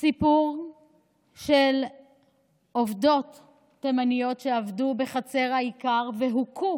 סיפור של עובדות תימניות שעבדו בחצר האיכר והוכו